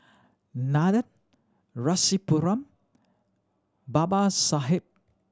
Nandan Rasipuram Babasaheb